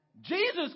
Jesus